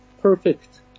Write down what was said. perfect